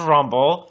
Rumble